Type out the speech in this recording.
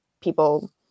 people